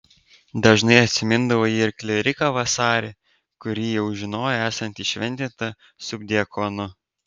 dažnai atsimindavo ji ir klieriką vasarį kurį jau žinojo esant įšventintą subdiakonu